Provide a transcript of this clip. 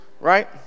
right